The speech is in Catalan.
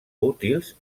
útils